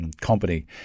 company